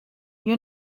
you